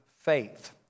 faith